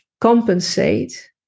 compensate